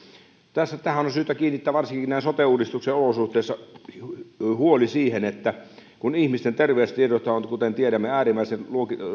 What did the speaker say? tässä on on syytä kiinnittää varsinkin näin sote uudistuksen olosuhteissa huomiota siihen että kun ihmisten terveystiedothan ovat kuten tiedämme äärimmäisen